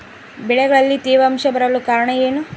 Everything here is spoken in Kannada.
ಬೆಳೆಗಳಲ್ಲಿ ತೇವಾಂಶ ಬರಲು ಕಾರಣ ಏನು?